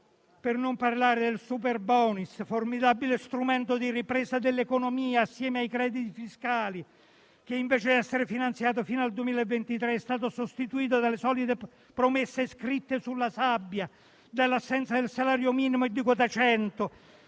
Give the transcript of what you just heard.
per non parlare del superbonus, formidabile strumento di ripresa dell'economia assieme ai crediti fiscali, che, invece di essere finanziato fino al 2023, è stato sostituito dalle solite promesse scritte sulla sabbia, dell'assenza del salario minimo e di quota 100,